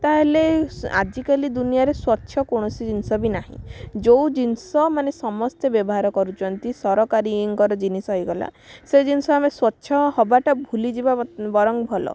ତାହେଲେ ଆଜିକାଲି ଦୁନିଆରେ ସ୍ଵଚ୍ଛ କୌଣସି ଜିନିଷ ବି ନାହିଁ ଯେଉଁ ଜିନିଷ ମାନେ ସମସ୍ତେ ବ୍ୟବହାର କରୁଛନ୍ତି ସରକାରୀଙ୍କର ଜିନିଷ ହେଇଗଲା ସେଇ ଜିନିଷ ଆମେ ସ୍ଵଚ୍ଛ ହେବାଟା ଆମେ ଭୁଲିଯିବା ବରଂ ଭଲ